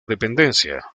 dependencia